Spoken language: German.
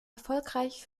erfolgreich